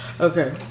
Okay